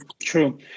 true